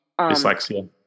Dyslexia